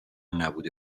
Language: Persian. نبوده